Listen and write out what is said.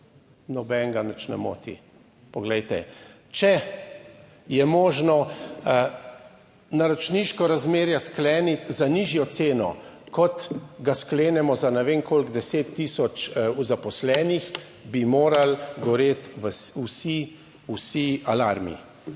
Nobenega nič ne moti. Poglejte, če je možno naročniško razmerje skleniti za nižjo ceno, kot ga sklenemo za ne vem koliko 10000 zaposlenih, bi morali goreti vsi alarmi.